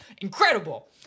incredible